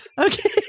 Okay